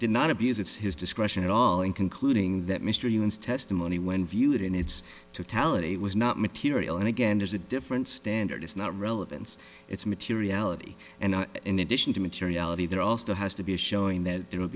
did not abuse it's his discretion at all in concluding that mr humans testimony when viewed in its totality was not material and again there's a different standard it's not relevance it's materiality and in addition to materiality there also has to be a showing that there w